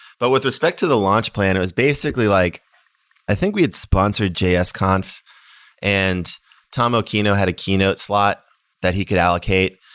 but with respect to the launch plan, it was basically, like i think we had sponsored jsconf and tom okino had a keynote slot that he could allocate.